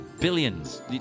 billions